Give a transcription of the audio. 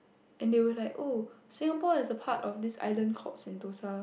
and they were like oh Singapore is part of this island called Sentosa